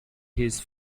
his